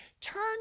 turn